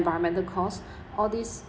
environmental costs all these